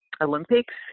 Olympics